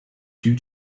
due